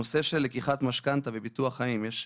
הנושא של לקיחת משכנתה וביטוח חיים: יש